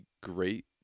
great